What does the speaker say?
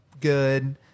good